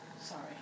sorry